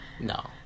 No